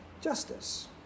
justice